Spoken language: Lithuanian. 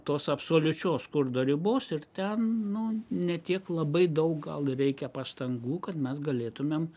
tos absoliučios skurdo ribos ir ten nu ne tiek labai daug gal ir reikia pastangų kad mes galėtumėm